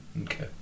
Okay